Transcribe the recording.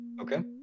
Okay